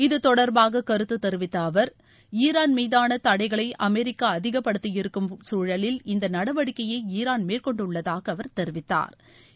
இது தொடர்பாக கருத்து தெரிவித்த அவர் ஈரான் மீதான தடைகளை அமெரிக்கா அதிகப்படுத்தியிருக்கும் சூழலில் இந்த நடவடிக்கையை ஈரான் மேற்கொண்டுள்ளதாக அவர் தெரிவித்தாா்